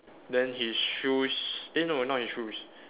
then his shoes eh no not his shoes